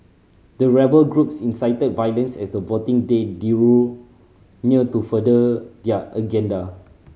the rebel groups incited violence as the voting day drew near to further their agenda